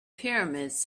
pyramids